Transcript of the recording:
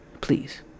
Please